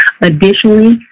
Additionally